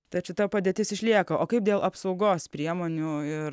tad šita padėtis išlieka o kaip dėl apsaugos priemonių ir